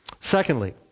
Secondly